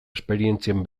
esperientzien